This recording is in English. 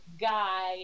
guy